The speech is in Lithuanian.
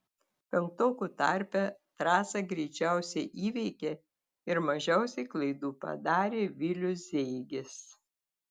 penktokų tarpe trasą greičiausiai įveikė ir mažiausiai klaidų padarė vilius zeigis